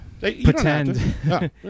pretend